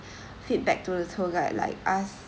feedback to the tour guide like ask